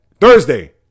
Thursday